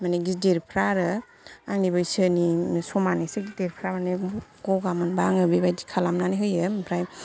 माने गिदिरफ्रा आरो आंनि बैसोनि समान एसे गिदिरफ्रा माने बहुत गगा मोनबा आङो बेबायदि खालामनानै होयो ओमफ्राय